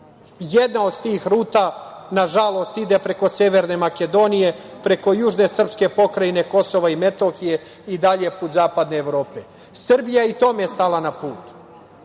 Jedna od tih ruta, nažalost, ide preko Severne Makedonije, preko južne srpske pokrajine Kosovo i Metohije i dalje put zapadne Evrope. Srbija je i tome stala na put.